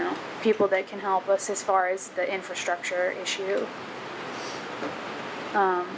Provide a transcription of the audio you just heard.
know people that can help us as far as the infrastructure issue